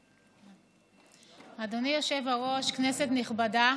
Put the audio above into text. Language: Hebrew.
אדוני היושב-ראש, כנסת נכבדה,